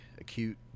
acute